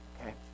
Okay